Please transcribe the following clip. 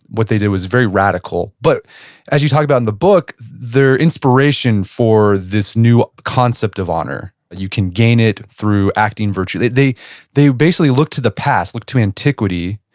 what they did was very radical, but as you talk about in the book, their inspiration for this new concept of honor, that you can gain it through acting virtue, they they basically looked to the past, looked to antiquity,